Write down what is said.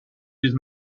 with